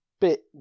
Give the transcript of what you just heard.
bit